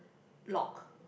lock